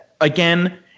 Again